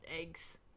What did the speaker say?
eggs